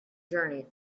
journey